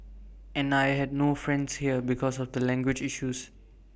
and I had no friends here because of the language issues